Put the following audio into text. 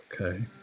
okay